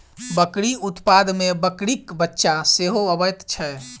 बकरी उत्पाद मे बकरीक बच्चा सेहो अबैत छै